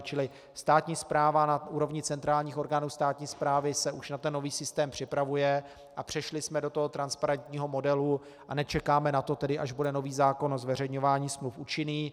Čili státní správa na úrovni centrálních orgánů státní správy se už na nový systém připravuje a přešli jsme do toho transparentního modelu a nečekáme na to, až bude nový zákon o zveřejňování smluv účinný.